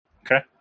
Okay